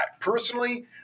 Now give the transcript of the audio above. Personally